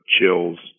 chills